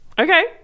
okay